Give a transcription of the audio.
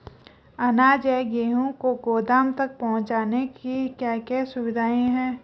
अनाज या गेहूँ को गोदाम तक पहुंचाने की क्या क्या सुविधा है?